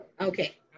Okay